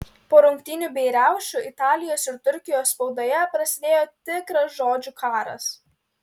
po rungtynių bei riaušių italijos ir turkijos spaudoje prasidėjo tikras žodžių karas